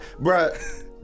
Bruh